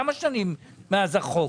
כמה שנים מאז החוק?